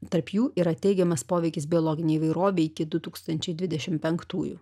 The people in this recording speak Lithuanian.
tarp jų yra teigiamas poveikis biologinei įvairovei iki du tūkstančiai dvidešimt penktųjų